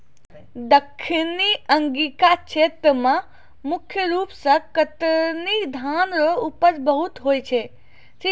दक्खिनी अंगिका क्षेत्र मे मुख रूप से कतरनी धान रो उपज खूब होय छै